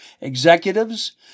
executives